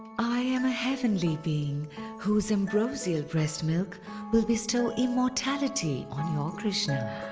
i am a heavenly being whose ambrosial breast milk will bestow immortality on your krishna.